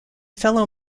fellow